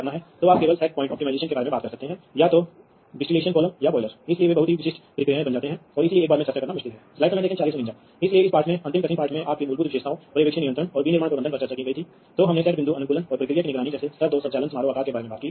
तो यह है तो आप कई बिंदुओं को प्वाइंट नेटवर्क से सीधे यहां की तरह कनेक्ट कर सकते हैं इसलिए यहां आपके पास एक डिवाइस है जो सीधे नेटवर्क बस से जुड़ा हुआ है यह मुख्य नेटवर्क बस सही चल रही है